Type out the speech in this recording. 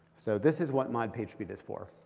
so this is what mod pagespeed is for.